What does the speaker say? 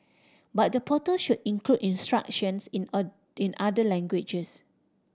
but the portal should include instructions in a in other languages